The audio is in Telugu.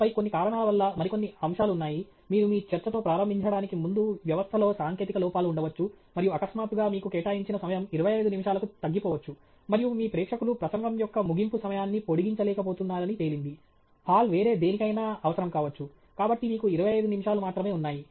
ఆపై కొన్ని కారణాల వల్ల మరికొన్ని అంశాలు ఉన్నాయి మీరు మీ చర్చతో ప్రారంభించడానికి ముందు వ్యవస్థలో సాంకేతిక లోపాలు ఉండవచ్చు మరియు అకస్మాత్తుగా మీకు కేటాయించిన సమయం 25 నిమిషాలకు తగ్గిపోవచ్చు మరియు మీ ప్రేక్షకులు ప్రసంగం యొక్క ముగింపు సమయాన్ని పొడిగింలేకపోతున్నారని తేలింది హాల్ వేరే దేనికైనా అవసరం కావచ్చు కాబట్టి మీకు 25 నిమిషాలు మాత్రమే ఉన్నాయి